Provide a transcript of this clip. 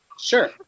sure